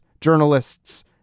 journalists